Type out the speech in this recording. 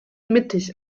mittig